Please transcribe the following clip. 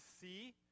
see